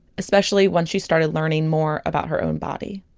especially once she started learning more about her own body